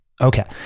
Okay